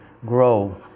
grow